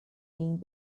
being